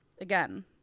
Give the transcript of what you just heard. Again